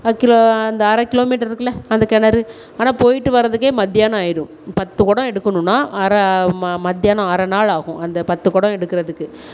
அது கிலோ அந்த அரைக் கிலோ மீட்டர் இருக்குதுல்ல அந்த கிணறு ஆனால் போயிட்டு வர்றதுக்கே மத்தியானம் ஆகிரும் பத்து குடம் எடுக்கணும்னா அரை ம மத்தியானம் அரை நாளாகும் அந்த பத்து குடம் எடுக்கிறதுக்கு